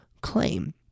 claim